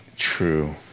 true